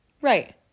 Right